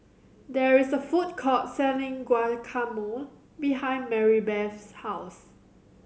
there is a food court selling Guacamole behind Marybeth's house